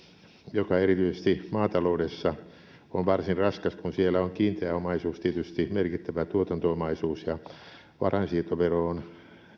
joka erityisesti maataloudessa on varsin raskas kun siellä on kiinteä omaisuus tietysti merkittävä tuotanto omaisuus ja varainsiirtovero on